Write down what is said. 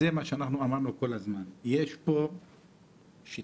וזה מה שאמרנו כל הזמן,